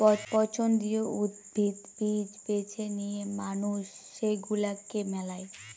পছন্দীয় উদ্ভিদ, বীজ বেছে নিয়ে মানুষ সেগুলাকে মেলায়